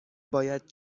باید